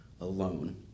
alone